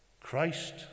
Christ